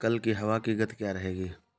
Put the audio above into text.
कल की हवा की गति क्या रहेगी?